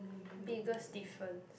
biggest difference